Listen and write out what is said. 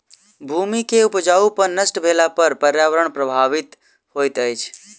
भूमि के उपजाऊपन नष्ट भेला पर पर्यावरण प्रभावित होइत अछि